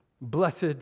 Blessed